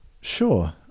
Sure